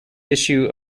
issue